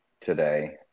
today